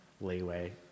leeway